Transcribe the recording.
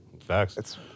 Facts